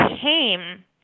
came